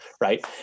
right